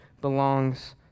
belongs